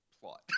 plot